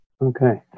Okay